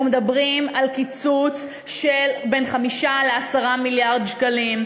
אנחנו מדברים על קיצוץ בין 5 ל-10 מיליארד שקלים.